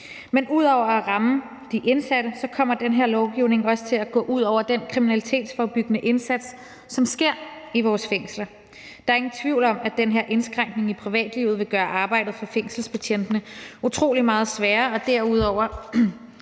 Men ud over at ramme de indsatte kommer den her lovgivning også til at gå ud over den kriminalitetsforebyggende indsats, som sker i vores fængsler. Der er ingen tvivl om, at den her indskrænkning af privatlivet vil gøre arbejdet for fængselsbetjentene utrolig meget sværere og derudover